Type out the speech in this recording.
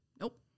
Nope